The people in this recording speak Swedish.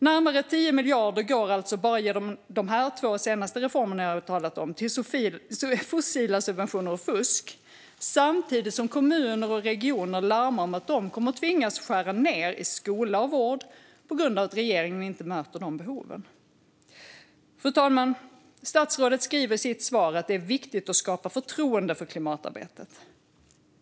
Närmare 10 miljarder går alltså bara genom de två reformer som jag senast nämnde till fossila subventioner och fusk, samtidigt som kommuner och regioner larmar om att de kommer att tvingas skära i skola och vård på grund av att regeringen inte möter de behoven. Fru talman! Statsrådet säger i sitt svar att det är viktigt att skapa förtroende för klimatarbetet.